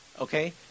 okay